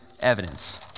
evidence